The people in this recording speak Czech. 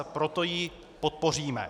Proto ji podpoříme.